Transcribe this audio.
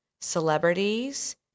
celebrities